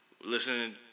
listening